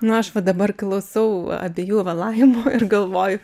nu aš va dabar klausau abiejų va laimų ir galvoju